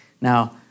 Now